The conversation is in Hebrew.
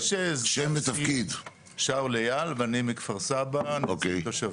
שאול אייל ואני מכפר סבא נציג תושבים,